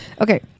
Okay